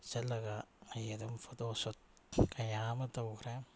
ꯆꯠꯂꯒ ꯑꯩ ꯑꯗꯨꯝ ꯐꯣꯇꯣ ꯁꯨꯠ ꯀꯌꯥ ꯑꯃ ꯇꯧꯈ꯭ꯔꯦ